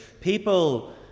people